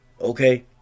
okay